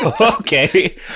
Okay